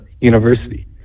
university